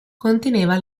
conteneva